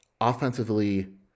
offensively